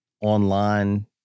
online